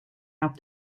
out